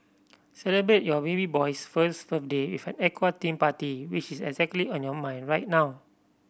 celebrate your baby boy's first birthday with an aqua theme party which is exactly on your mind right now